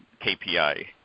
KPI